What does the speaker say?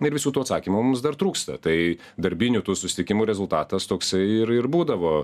ir visų tų atsakymų mums dar trūksta tai darbinių tų susitikimų rezultatas toksai ir ir būdavo